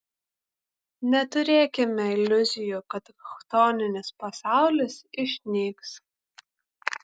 neturėkime iliuzijų kad chtoninis pasaulis išnyks